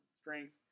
strength